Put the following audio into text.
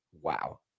Wow